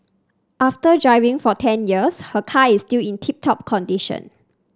after driving for ten years her car is still in tip top condition